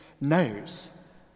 knows